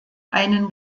einen